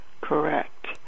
Correct